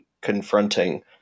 confronting